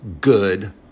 good